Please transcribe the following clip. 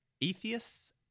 atheists